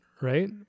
right